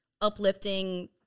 uplifting